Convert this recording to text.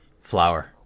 Flower